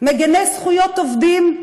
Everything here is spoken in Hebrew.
מגִני זכויות עובדים,